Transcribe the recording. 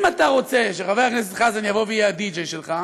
אם אתה רוצה שחבר הכנסת חזן יבוא ויהיה הדיג'יי שלך,